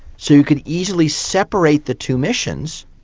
so you could easily separate the two missions,